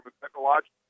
technological